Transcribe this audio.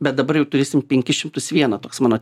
bet dabar jau turėsim penkis šimtus vieną toks mano